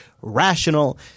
rational